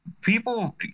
people